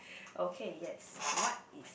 okay yes what is